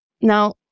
Now